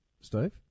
Steve